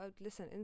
listen